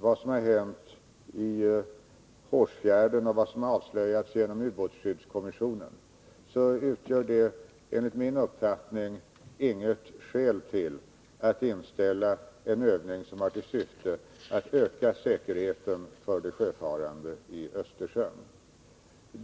vad som har hänt i Hårsfjärden och efter vad som har avslöjats av ubåtsskyddskommissionen, utgör det enligt min uppfattning inget skäl till att inställa en övning som har till syfte att öka säkerheten för de sjöfarande i Östersjön.